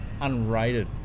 unrated